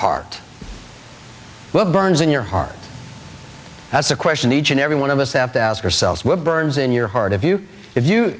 heart burns in your heart that's a question each and every one of us have to ask yourselves what burns in your heart if you if you